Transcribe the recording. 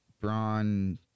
braun